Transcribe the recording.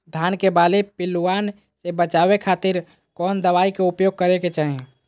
धान के बाली पिल्लूआन से बचावे खातिर कौन दवाई के उपयोग करे के चाही?